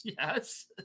Yes